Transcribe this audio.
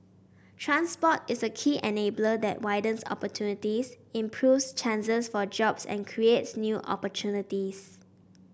transport is a key enabler that widens opportunities improves chances for jobs and creates new opportunities